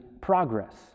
progress